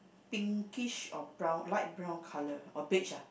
pinkish or brown light brown colour or beige ah